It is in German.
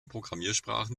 programmiersprachen